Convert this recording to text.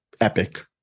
epic